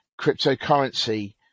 cryptocurrency